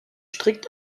strikt